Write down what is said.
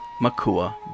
Makua